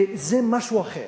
זה משהו אחר.